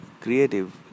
creative